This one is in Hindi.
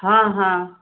हाँ हाँ